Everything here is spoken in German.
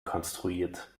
konstruiert